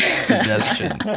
suggestion